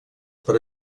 per